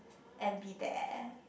and be there